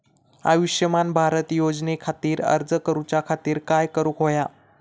आयुष्यमान भारत योजने खातिर अर्ज करूच्या खातिर काय करुक होया?